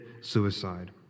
suicide